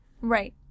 Right